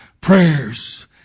prayers